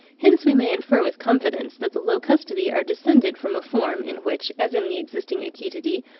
hence we may infer with confidence that the locustidae are descended from a form, in which, as in the existing achetidae,